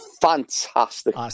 Fantastic